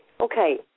Okay